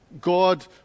God